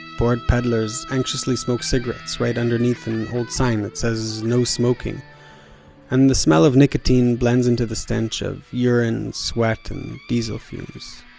bored peddlers anxiously smoked cigarettes right underneath an old sign that says no smoking and the smell of nicotine blends into the stench of urine, sweat and diesel fumes.